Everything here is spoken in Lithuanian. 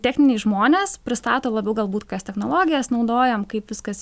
techniniai žmonės pristato labiau galbūt technologijas naudojam kaip viskas